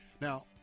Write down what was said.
Now